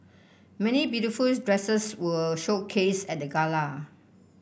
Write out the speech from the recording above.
many beautiful dresses were showcased at the gala